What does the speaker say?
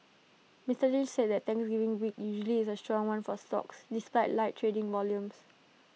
Mister Lynch said the Thanksgiving week usually is A strong one for stocks despite light trading volumes